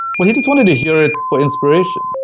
well, he just wanted to hear it for inspiration.